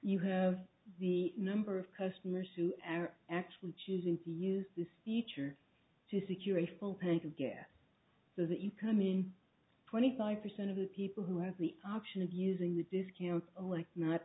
you have the number of customers who are actually choosing to use this feature to secure a full tank of gas so that you come in for any five percent of the people who have the option of using the discount alike not